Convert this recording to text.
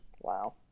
Wow